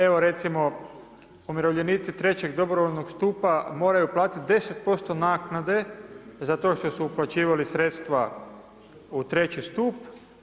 Evo, recimo, umirovljenici trećeg dobrovoljnog stupa moraju platiti 10% naknade za to što su uplaćivali sredstva u 3 stup.